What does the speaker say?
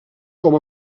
com